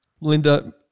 Melinda